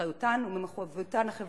מאחריותן וממחויבותן החברתית.